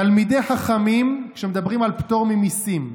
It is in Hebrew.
"תלמידי חכמים" כשמדברים על פטור ממיסים,